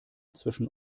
zwischen